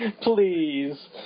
Please